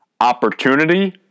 Opportunity